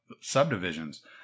subdivisions